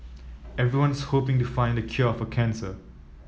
everyone's hoping to find the cure for cancer